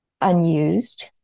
unused